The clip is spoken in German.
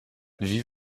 wie